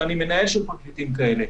ואני מנהל של פרקליטים כאלה.